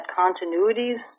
continuities